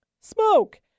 smoke